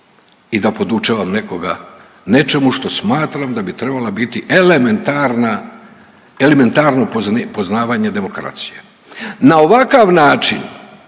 i da podučavam nekoga nečemu što smatram da bi trebala biti elementarna, elementarno poznavanje demokracije. Na ovakav način,